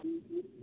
अ